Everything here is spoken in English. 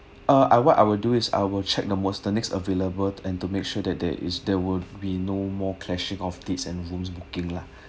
ah ah what I will do is I will check the most the next available and to make sure there is there would be no more clashing of dates and rooms booking lah